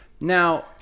Now